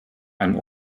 einen